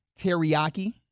teriyaki